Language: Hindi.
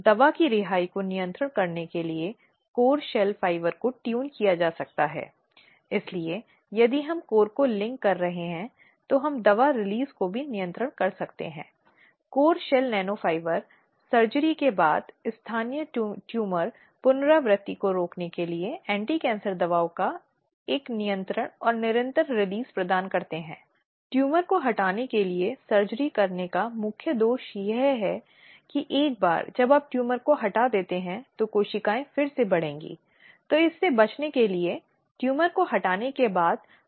जैसा कि उन्हें शिकायत को निर्धारित करने के लिए बहुत शुरुआत में आगे बढ़ना है उस साक्षात्कार के संबंध में सभी जानकारी इकट्ठा करने के लिए आवश्यक साक्षात्कार या जैसा कि हम कहते हैं कि प्रक्रिया में शामिल होने वाले दलों की पूछताछ जानकारी का विश्लेषण करती है जो सामने आई है इसके पहले और फिर अंत में एक रिपोर्ट तैयार करने और आवश्यक सिफारिशें देने के लिए जैसा कि मैंने कहा कि एक तरह की दोहरी भूमिका है यह दोनों जांच के साथ साथ एक अनुशासनात्मक प्राधिकरण भी है